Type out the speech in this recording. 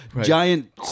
giant